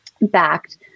backed